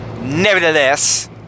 Nevertheless